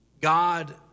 God